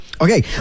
Okay